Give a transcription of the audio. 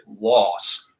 loss